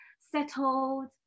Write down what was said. settled